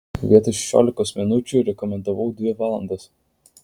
vietoj šešiolikos minučių rekomendavau dvi valandas